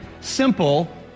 simple